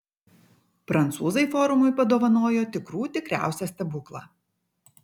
prancūzai forumui padovanojo tikrų tikriausią stebuklą